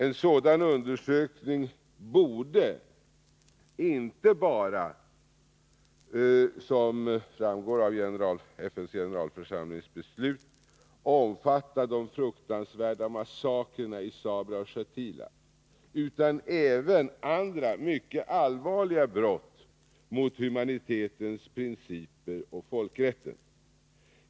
En sådan undersökning borde inte bara — som framgår av FN:s generalförsamlings beslut — omfatta de fruktansvärda massakrerna i Sabra och Shatila utan även andra, mycket allvarliga brott mot humanitetens principer och folkrätten.